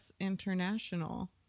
International